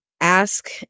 ask